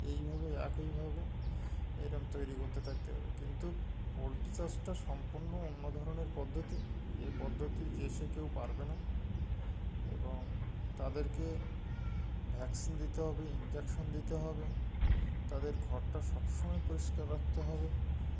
এইভাবে একইভাবে এরম তৈরি করতে থাকতে হবে কিন্তু পোলট্রি চাষটা সম্পূর্ণ অন্য ধরনের পদ্ধতি এই পদ্ধতি যে এসে কেউ পারবে না এবং তাদেরকে ভ্যাকসিন দিতে হবে ইঞ্জেকশান দিতে হবে তাদের ঘরটা সবসময় পরিষ্কার রাখতে হবে